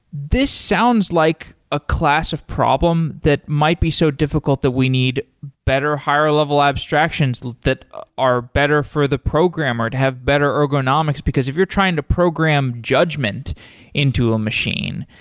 this sounds like a class of problem that might be so difficult that we need better higher level abstractions that are better for the programmer, to have better ergonomics, because if you're trying to program judgment into a machine,